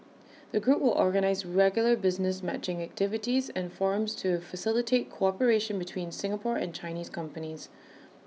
the group will organise regular business matching activities and forums to facilitate cooperation between Singapore and Chinese companies